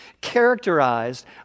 characterized